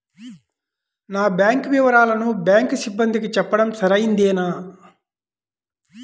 నా బ్యాంకు వివరాలను బ్యాంకు సిబ్బందికి చెప్పడం సరైందేనా?